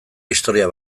historia